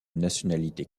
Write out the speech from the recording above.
nationalité